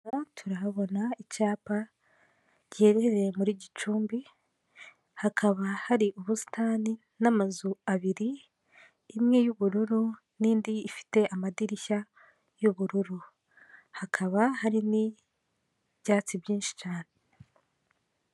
Aha turahabona icyapa giherereye muri Gicumbi hakaba hari ubusitani n'amazu abiri imwe y'ubururu n'indi ifite amadirishya y'ubururu, hakaba harimo ibyatsi byinshi cyane.